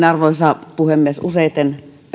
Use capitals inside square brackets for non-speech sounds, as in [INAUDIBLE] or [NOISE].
[UNINTELLIGIBLE] arvoisa puhemies useimmiten